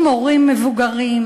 עם הורים מבוגרים,